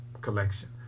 collection